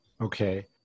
Okay